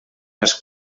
els